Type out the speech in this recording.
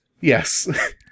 Yes